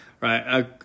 right